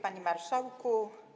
Panie Marszałku!